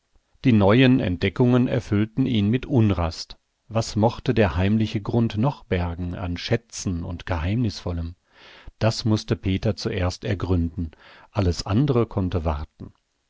die neuen entdeckungen erfüllten ihn mit unrast was mochte der heimliche grund noch bergen an schätzen und geheimnisvollem das mußte peter zuerst ergründen alles andere konnte warten